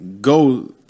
go